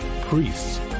priests